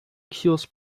cures